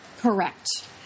Correct